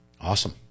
Awesome